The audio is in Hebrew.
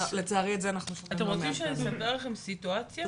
אתם רוצים שאני אספר לכם סיטואציה?